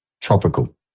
tropical